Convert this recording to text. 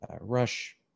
rush